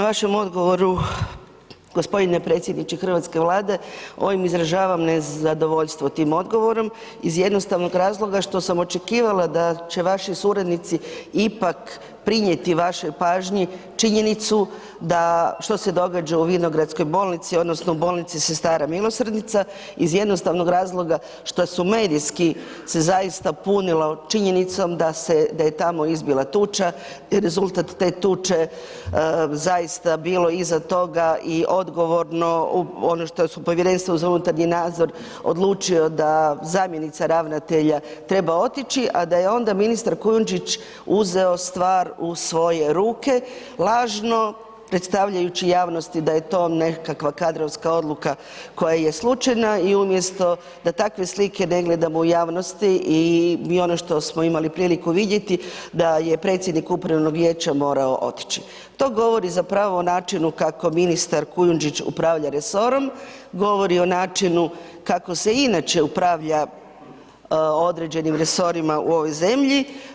Hvala lijepo na vašem odgovoru g. predsjedniče hrvatske Vlade, ovim izražavam nezadovoljstvo tim odgovorom iz jednostavnog razloga što sam očekivala da će vaši suradnici ipak prinjeti vašoj pažnji činjenicu da, što se događa u Vinogradskog bolnici odnosno bolnici Sestara milosrdnica iz jednostavnog razloga što su medijski se zaista punila činjenicom da se, da je tamo izbila tuča i rezultat te tuče zaista bilo iza toga i odgovorno, ono što su Povjerenstvo za unutarnji nadzor odlučio da zamjenica ravnatelja treba otići, a da je onda ministar Kujundžić uzeo stvar u svoje ruke, lažno predstavljajući javnosti da je to nekakva kadrovska odluka koja je slučajna i umjesto da takve slike ne gledamo u javnosti i, i ono što smo imali priliku vidjeti da je predsjednik upravnog vijeća morao otići, to govori zapravo o načinu kako ministar Kujundžić upravlja resorom, govori o načinu kako se inače upravlja određenim resorima u ovoj zemlji.